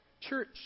Church